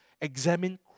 Examine